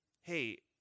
hey